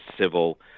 civil